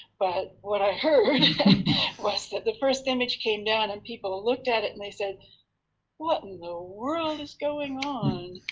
but what i heard was that the first image came down, and people looked at it, and they said what in the world is going on?